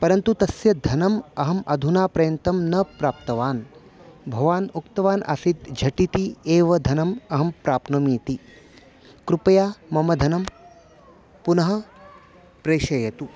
परन्तु तस्य धनम् अहम् अधुना पर्यन्तं न प्राप्तवान् भवान् उक्तवान् आसीत् झटिति एव धनम् अहं प्राप्नोमि इति कृपया मम धनं पुनः प्रेषयतु